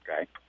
okay